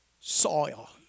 soil